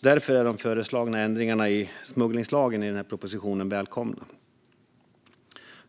Därför är de föreslagna ändringarna i smugglingslagen i denna proposition välkomna.